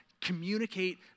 communicate